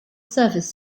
service